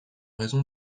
raison